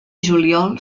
juliol